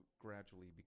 gradually